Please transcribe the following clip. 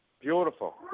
Beautiful